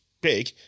big